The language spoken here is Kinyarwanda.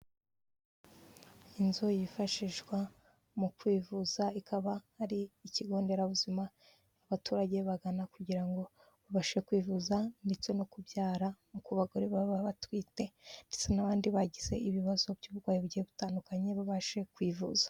Inzu yifashishwa mu kwivuza ikaba ari ikigonderabuzima abaturage bagana kugirango babashe kwivuza ndetse no kubyara ku bagore baba batwite, ndetse n'abandi bagize ibibazo by'uburwayi butandukanye babashe kwivuza.